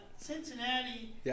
Cincinnati